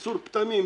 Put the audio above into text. ייצור פטמים,